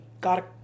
got